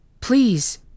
Please